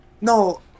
No